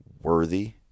worthy